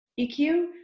EQ